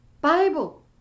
bible